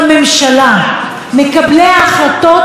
המסקנות כבר נמצאות על השולחן שלהם.